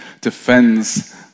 defends